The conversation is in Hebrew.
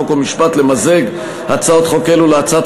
חוק ומשפט למזג הצעות חוק אלו להצעת